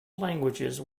languages